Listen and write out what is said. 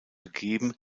gegeben